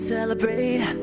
Celebrate